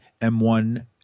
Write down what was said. M1